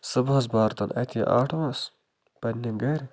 صُبحَس بَرتَن اَتی آٹوَس پنٛنہِ گَرِ